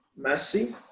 Messi